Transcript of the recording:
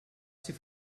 ser